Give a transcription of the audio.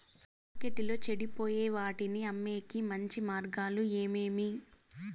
మార్కెట్టులో చెడిపోయే వాటిని అమ్మేకి మంచి మార్గాలు ఏమేమి